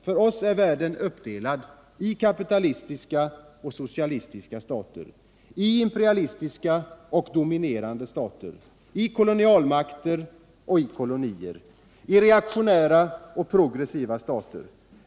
För oss är världen uppdelad i kapitalistiska och socialistiska stater, i imperialistiska och dominerade stater, i kolonialmakter och kolonier, i reaktionära och progressiva stater.